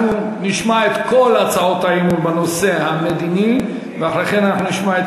אנחנו נשמע את כל הצעות האי-אמון בנושא המדיני ואחרי כן נשמע את